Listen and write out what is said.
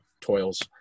toils